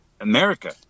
America